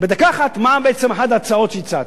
בדקה אחת, מהי בעצם אחת ההצעות שהצעתי.